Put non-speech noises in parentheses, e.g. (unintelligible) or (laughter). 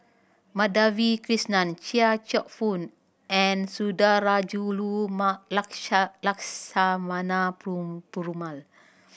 Madhavi Krishnan Chia Cheong Fook and Sundarajulu (unintelligible) Lakshmana (unintelligible) Perumal